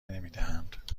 نمیدهند